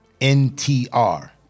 NTR